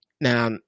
Now